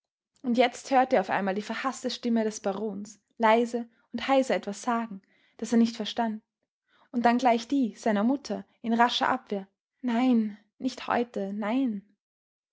und jetzt hörte er auf einmal die verhaßte stimme des barons leise und heiser etwas sagen das er nicht verstand und dann gleich die seiner mutter in rascher abwehr nein nicht heute nein